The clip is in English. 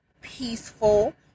peaceful